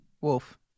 Wolf